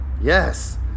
yes